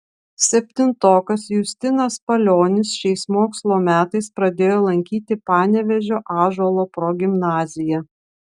septintokas justinas palionis šiais mokslo metais pradėjo lankyti panevėžio ąžuolo progimnaziją